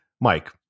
Mike